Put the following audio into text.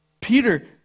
Peter